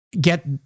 get